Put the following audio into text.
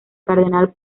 cardenal